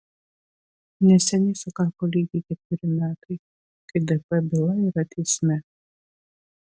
neseniai sukako lygiai ketveri metai kai dp byla yra teisme